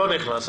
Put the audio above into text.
לא נכנס.